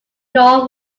nor